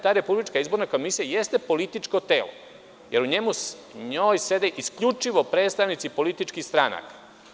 TaRepublička izborna komisija jeste političko telo, jer u njoj sede isključivo predstavnici političkih stranaka.